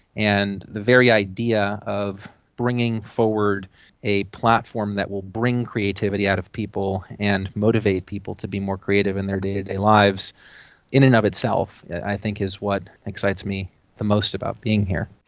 and the very idea of bringing forward a platform that will bring creativity out of people and motivate people to be more creative in their day-to-day lives in and of itself i think is what excites me the most about being here.